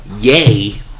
Yay